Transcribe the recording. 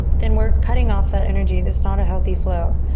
then we're cutting off that energy. it's not a healthy flow.